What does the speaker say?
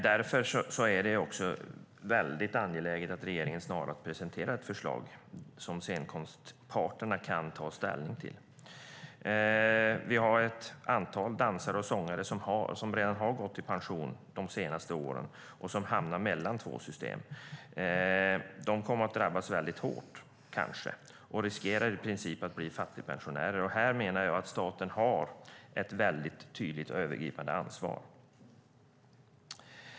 Därför är det också angeläget att regeringen snarast presenterar ett förslag som scenkonstparterna kan ta ställning till. Vi har ett antal dansare och sångare som har gått i pension de senaste åren och som har hamnat mellan två system. De kommer kanske att drabbas väldigt hårt och riskerar i princip att bli fattigpensionärer. Här menar jag att staten har ett tydligt och övergripande ansvar.